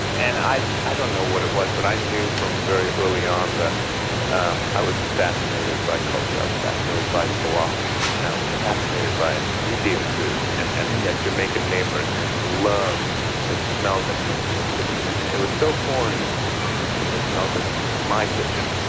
and i i don't know what it was, but i knew from very early on that um i was fascinated by culture. i was fascinated by falafels you know i was fascinated by indian food. and and we had jamaican neighbors and i used to love the smells that came from their kitchen. and it it was so foreign from the smells that came from my kitchen,